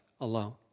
alone